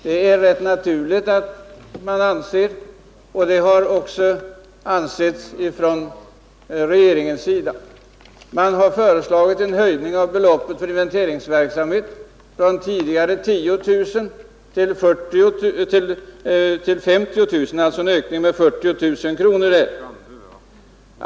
Det är rätt naturligt att man anser att inventeringsverksamheten är viktig — det har också regeringen ansett. Man har föreslagit en höjning av beloppet för inventeringsverksamhet från tidigare 10 000 kronor till 50 000 kronor, alltså en höjning med 40 000 kronor.